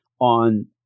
on